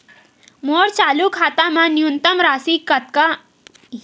मोर चालू खाता मा न्यूनतम राशि कतना हे?